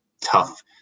tough